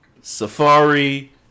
safari